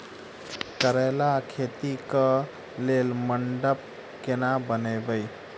करेला खेती कऽ लेल मंडप केना बनैबे?